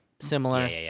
Similar